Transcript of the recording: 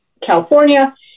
California